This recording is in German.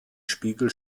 spiegel